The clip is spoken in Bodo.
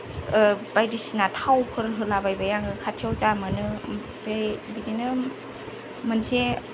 बायदिसिना थावफोर होलाबायबाय आङो खाथियाव जा मोनो ओमफ्राय बिदिनो मोनसे